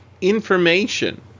information